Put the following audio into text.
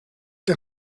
der